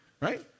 Right